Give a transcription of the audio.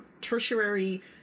tertiary